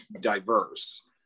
diverse